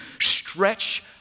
stretch